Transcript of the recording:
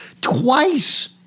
twice